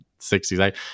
60s